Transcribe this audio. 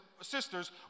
sisters